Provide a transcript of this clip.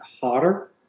hotter